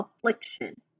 affliction